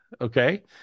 Okay